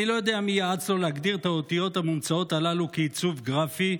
אני לא יודע מי יעץ לו להגדיר את האותיות המומצאות הללו כעיצוב גרפי,